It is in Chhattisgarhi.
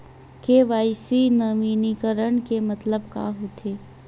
के.वाई.सी नवीनीकरण के मतलब का होथे?